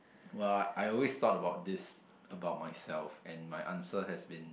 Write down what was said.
!wah! I always thought about this about myself and my answer has been